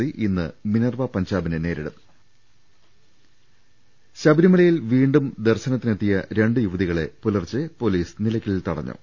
C ഇന്ന് Minerva പഞ്ചാ ബിനെ നേരിടും രരാട്ട്ടങ ശബരിമലയിൽ വീണ്ടും ദർശനത്തിനെത്തിയ രണ്ട് യുവതികളെ പുലർച്ചെ പൊലീസ് നിലയ്ക്കലിൽ തടഞ്ഞു